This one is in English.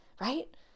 right